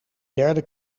derde